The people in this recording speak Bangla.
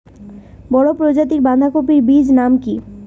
বড় প্রজাতীর বাঁধাকপির বীজের নাম কি?